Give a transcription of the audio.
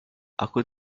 aku